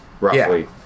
roughly